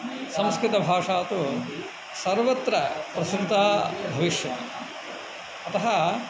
संस्कृतभाषा तु सर्वत्र प्रसृता भविष्यति अतः